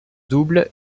double